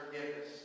forgiveness